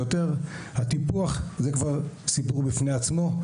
הטיפוח זה כבר סיפור בפני עצמו,